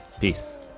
peace